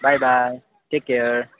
bye bye take care